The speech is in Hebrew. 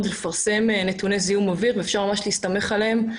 הוא לפרסם נתוני זיהום אוויר ואפשר להסתמך עליהם.